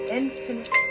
infinite